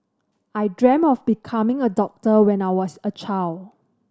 I dreamt of becoming a doctor when I was a child